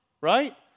right